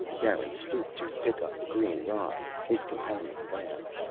garin stooped to pick up the green rod. his companion laughed.